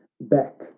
back